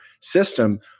system